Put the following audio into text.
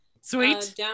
Sweet